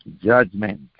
judgment